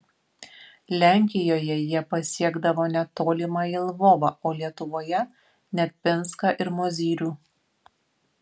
lenkijoje jie pasiekdavo net tolimąjį lvovą o lietuvoje net pinską ir mozyrių